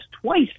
twice